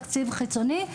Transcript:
תקציב חיצוני.